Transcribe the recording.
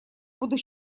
буду